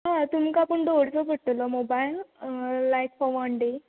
हय तुमकां पूण दवरचो पडटलो मोबायल लायक फोर वन डे